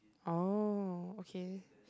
oh okay